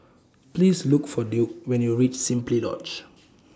Please Look For Duke when YOU REACH Simply Lodge